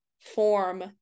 form